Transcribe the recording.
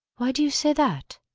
why do you say that?